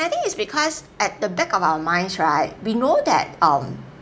I think it's because at the back of our minds right we know that um